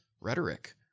rhetoric